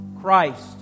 Christ